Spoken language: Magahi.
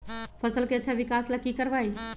फसल के अच्छा विकास ला की करवाई?